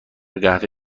قهوه